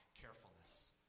carefulness